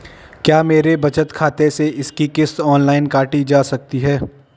क्या मेरे बचत खाते से इसकी किश्त ऑनलाइन काटी जा सकती है?